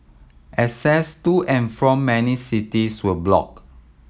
access to and from many cities were blocked